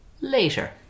later